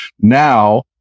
now